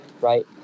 right